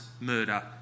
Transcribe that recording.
murder